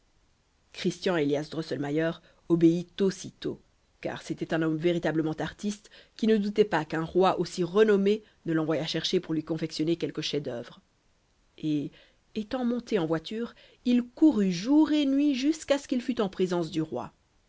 christian élias drosselmayer obéit aussitôt car c'était un homme véritablement artiste qui ne doutait pas qu'un roi aussi renommé ne l'envoyât chercher pour lui confectionner quelque chef-d'œuvre et étant monté en voiture il courut jour et nuit jusqu'à ce qu'il fût en présence du roi